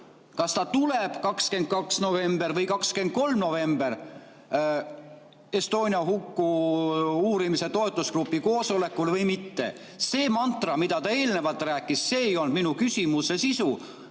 kas ta tuleb 22. novembril või 23. novembril Estonia huku uurimise toetusgrupi koosolekule või mitte. See mantra, mida ta eelnevalt rääkis, see ei olnud minu küsimuse sisu.